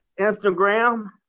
Instagram